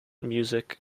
music